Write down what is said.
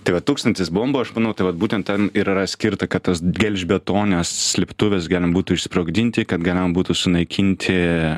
tai vat tūkstantis bombų aš manau tai vat būtent tam ir yra skirta kad tas gelžbetones slėptuves galima būtų išsprogdinti kad galima būtų sunaikinti